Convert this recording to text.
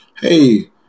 hey